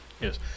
Yes